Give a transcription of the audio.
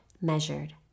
measured